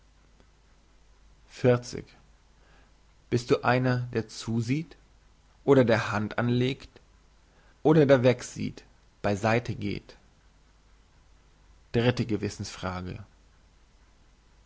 bist du einer der zusieht oder der hand anlegt oder der wegsieht bei seite geht dritte gewissensfrage